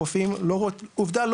הרופאים עובדה,